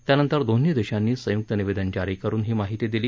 त्यानंतर दोन्ही देशांनी संयुक्त निवेदन जारी करून ही माहिती दिली